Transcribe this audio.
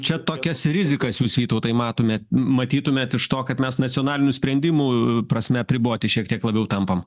čia tokias rizikas jūs vytautai matome matytumėt iš to kad mes nacionalinių sprendimų prasme apriboti šiek tiek labiau tampam